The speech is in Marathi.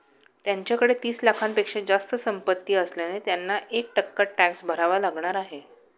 त्यांच्याकडे तीस लाखांपेक्षा जास्त संपत्ती असल्याने त्यांना एक टक्का टॅक्स भरावा लागणार आहे